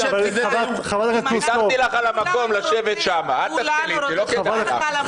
טלי, אל תתחילי איתי ככה.